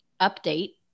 update